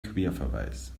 querverweis